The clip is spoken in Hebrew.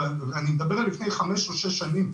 ואני מדבר על לפני חמש או שש שנים,